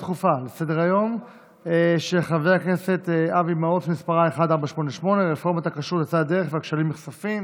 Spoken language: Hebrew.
לסדר-היום בנושא: רפורמת הכשרות יצאה לדרך והכשלים נחשפים,